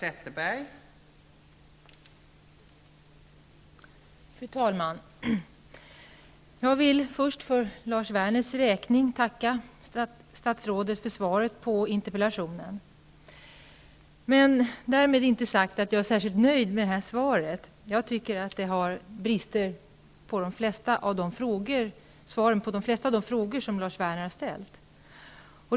Fru talman! Jag vill först för Lars Werners räkning tacka statsrådet för svaret på interpellationen. Därmed inte sagt att jag är särskilt nöjd med svaret. Jag tycker att det har brister när det gäller svaren på de flesta av de frågor som Lars Werner har ställt.